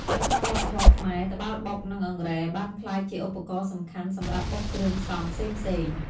នៅក្នុងវប្បធម៌ខ្មែរ ត្បាល់បុក និងអង្រែបានក្លាយជាឧបករណ៍សំខាន់សម្រាប់បុកគ្រឿងផ្សំផ្សេងៗ ។